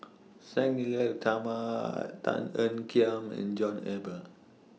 Sang Nila Utama Tan Ean Kiam and John Eber